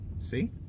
see